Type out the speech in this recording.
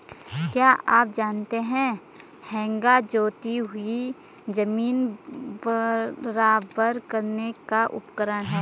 क्या आप जानते है हेंगा जोती हुई ज़मीन बराबर करने का उपकरण है?